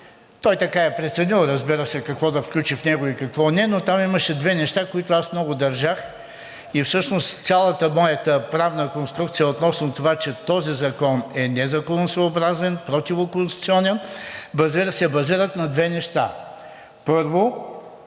– той е преценил, разбира се, какво да включи в него и какво не, но там имаше две неща, които много държах – всъщност цялата моя правна конструкция относно това, че този закон е незаконосъобразен, противоконституционен, се базира на две неща. Първо,